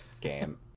game